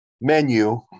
menu